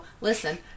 Listen